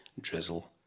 drizzle